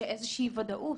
שתהיה איזושהי ודאות.